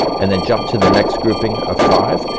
and then jump to the next grouping of five,